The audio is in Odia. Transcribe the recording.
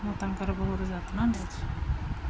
ମୁଁ ତାନଙ୍କର ବହୁର ଯତ୍ନ ନେଇଛି